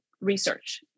research